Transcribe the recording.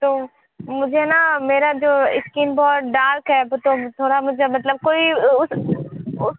तो मुझे न मेरा जो स्किन बहुत डार्क है तो थोड़ा मुझे मतलब कोई उस उस